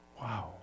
wow